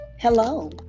Hello